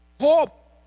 hope